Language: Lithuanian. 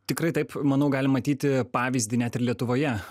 tikrai taip manau galim matyti pavyzdį net ir lietuvoje